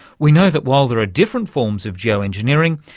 we know that while there are different forms of geo-engineering,